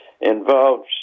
involves